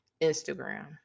Instagram